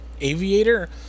Aviator